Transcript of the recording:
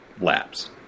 laps